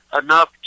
enough